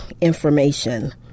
information